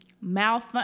mouth